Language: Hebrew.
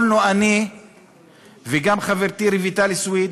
יכולנו אני וגם חברתי רויטל סויד